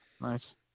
Nice